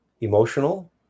emotional